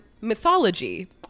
mythology